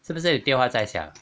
是不是你电话在响